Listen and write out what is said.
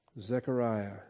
Zechariah